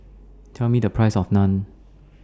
Tell Me The Price of Naan